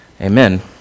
Amen